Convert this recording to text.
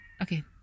okay